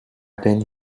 been